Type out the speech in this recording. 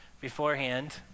beforehand